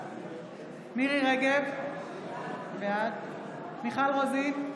בעד מירי מרים רגב, בעד מיכל רוזין,